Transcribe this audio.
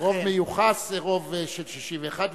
רוב מיוחס זה רוב של 61,